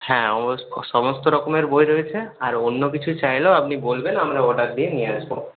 হ্যাঁ অমোস সমস্ত রকমের বই রয়েছে আর অন্য কিছু চাইলেও আপনি বলবেন আমরা অর্ডার দিয়ে নিয়ে আসবো